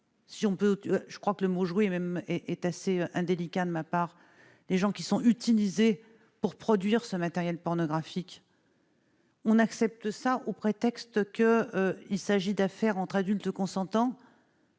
je crois que le mot jouer même est est assez indélicat de ma part, les gens qui sont utilisées pour produire ce matériel pornographique. On accepte ça, au prétexte que il s'agit d'affaires entre adultes consentants.